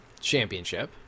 Championship